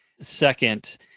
second